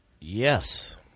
Yes